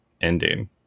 ending